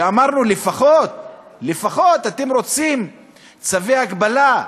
ואמרנו: אתם רוצים צווי הגבלה,